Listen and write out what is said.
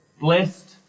Blessed